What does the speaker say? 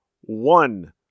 one